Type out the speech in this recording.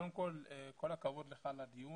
קודם כל כל הכבוד לך על הדיון,